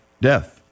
death